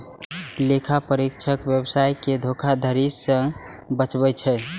लेखा परीक्षक व्यवसाय कें धोखाधड़ी सं बचबै छै